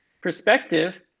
perspective